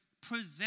present